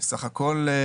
סך הכל?